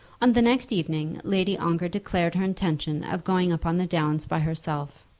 on the next evening lady ongar declared her intention of going up on the downs by herself.